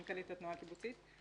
מנכ"לית התנועה הקיבוצית.